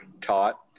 taught